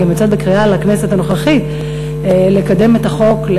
אני גם יוצאת בקריאה לכנסת הנוכחית לקדם את החוק,